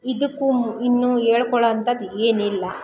ಇದಕ್ಕೂ ಮು ಇನ್ನೂ ಹೇಳ್ಕೊಳ್ಳೋ ಅಂಥದು ಏನಿಲ್ಲ